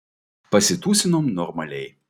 pasitūsinom normaliai